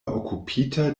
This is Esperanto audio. okupita